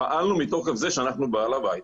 פעלנו מתוקף זה שאנחנו בעל הבית.